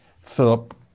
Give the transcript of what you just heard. Philip